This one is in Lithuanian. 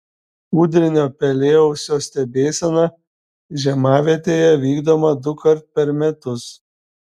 kūdrinio pelėausio stebėsena žiemavietėje vykdoma dukart per metus